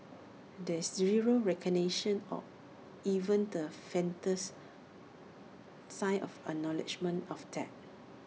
there's zero recognition or even the faintest sign of acknowledgement of that